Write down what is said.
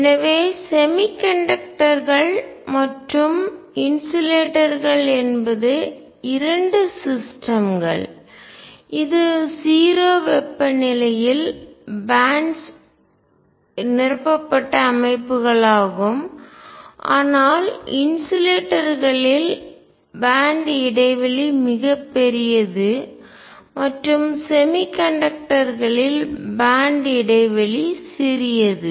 எனவே செமிகண்டக்டர்கள் குறைக்கடத்தி மற்றும் இன்சுலேட்டர்ஸ்கள் என்பது இரண்டு சிஸ்டம்கள் அமைப்புகள் இது 0 வெப்பநிலையில் பேன்ட்ஸ் பட்டைகள் நிரப்பப்பட்ட அமைப்புகளாகும் ஆனால் இன்சுலேட்டர்ஸ்களில் பேண்ட் இடைவெளி மிகப் பெரியது மற்றும் செமிகண்டக்டர்களில் குறைக்கடத்தி பேண்ட் இடைவெளி சிறியது